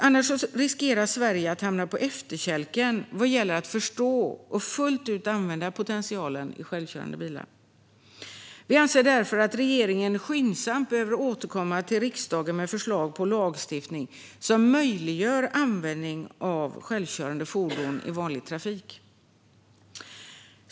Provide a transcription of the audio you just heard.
Annars riskerar Sverige att hamna på efterkälken när det gäller att förstå och fullt ut använda potentialen hos självkörande bilar. Vi anser därför att regeringen skyndsamt bör återkomma till riksdagen med förslag till lagstiftning som möjliggör användning av självkörande fordon i vanlig trafik.